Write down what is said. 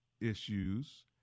issues